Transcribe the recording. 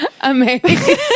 Amazing